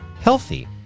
healthy